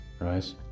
right